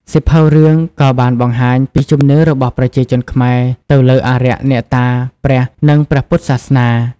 សៀវភៅរឿងក៏បានបង្ហាញពី ជំនឿ របស់ប្រជាជនខ្មែរទៅលើអារក្ស អ្នកតា ព្រះ និងព្រះពុទ្ធសាសនា។